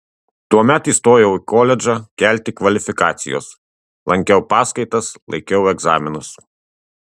tuomet įstojau į koledžą kelti kvalifikacijos lankiau paskaitas laikiau egzaminus